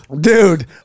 dude